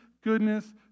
goodness